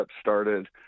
started